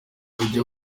kujya